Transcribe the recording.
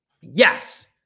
yes